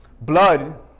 Blood